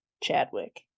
Chadwick